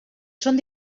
són